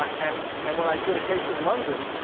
and and when i did a case in london,